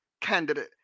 candidate